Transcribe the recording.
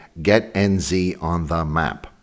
GetNZOnTheMap